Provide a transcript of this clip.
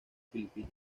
filipina